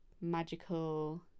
magical